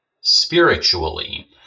spiritually